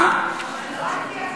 שלא על-פי הקריטריונים.